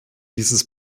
dieses